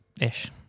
ish